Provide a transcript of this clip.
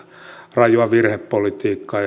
rajua virhepolitiikkaa